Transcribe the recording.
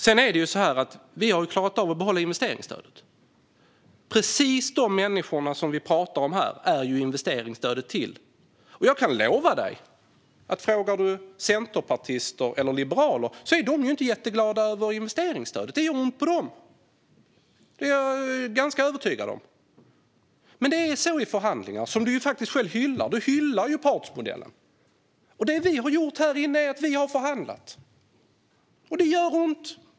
Sedan är det så här: Vi har klarat av att behålla investeringsstödet. Det är precis de människor vi talar om här som investeringsstödet är till för, och jag kan lova dig att om du frågar centerpartister eller liberaler är de inte jätteglada över investeringsstödet. Det gör ont på dem. Det är jag ganska övertygad om. Men det är så i förhandlingar, som du faktiskt själv hyllar. Du hyllar ju partsmodellen. Det vi har gjort här är att vi har förhandlat, och det gör ont.